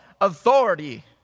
authority